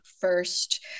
first